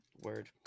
Word